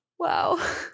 Wow